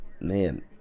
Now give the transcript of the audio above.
man